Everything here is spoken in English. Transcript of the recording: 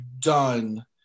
done